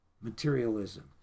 materialism